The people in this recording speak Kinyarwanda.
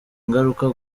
ingaruka